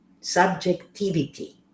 subjectivity